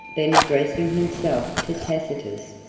then addressing himself to tacitus,